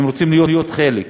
הם רוצים להיות חלק ושווים.